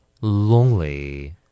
lonely